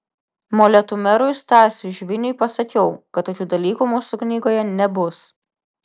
molėtų merui stasiui žviniui pasakiau kad tokių dalykų mūsų knygoje nebus